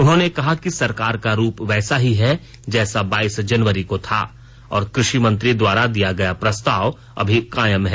उन्होंने कहा कि सरकार का रूख वैसा ही है जैसा बाईस जनवरी को था और क्रषि मंत्री द्वारा दिया गया प्रस्ताव अभी कायम है